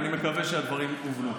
אני מקווה שהדברים הובנו.